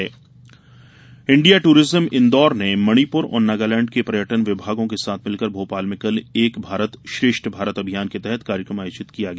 एक भारत श्रेष्ठ Bharat India tourism Indore ने मणिपुर और नागालैंड के पर्यटन विभागों के साथ मिलकर भोपाल में कल एक भारत श्रेष्ठ भारत अभियान के तहत कार्यक्रम आयोजित किया गया